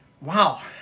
Wow